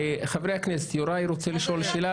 חברי הכנסת, יוראי רוצה לשאול שאלה